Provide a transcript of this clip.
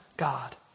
God